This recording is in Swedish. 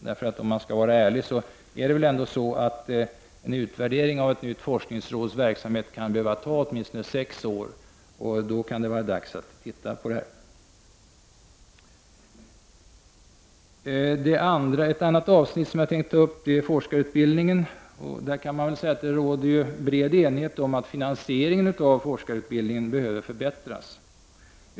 I ärlighetens namn är det väl ändå så, att det för en utvärdering av ett nytt forskningsråds verksamhet kan behövas en tidsperiod om sex år. Så till ett annat avsnitt. Det gäller forskarutbildningen. Man kan väl säga att det råder bred enighet om att finansieringen av forskarutbildningen behöver förbättras.